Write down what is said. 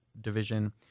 Division